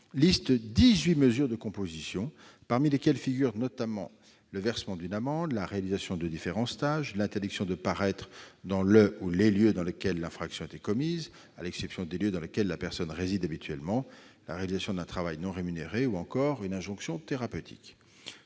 dix-huit mesures de composition pénale, parmi lesquelles figurent notamment le versement d'une amende, la réalisation de différents stages, l'interdiction de paraître dans le ou les lieux dans lesquels l'infraction a été commise, à l'exception des lieux dans lesquels la personne réside habituellement, la réalisation d'un travail non rémunéré ou encore l'injonction thérapeutique.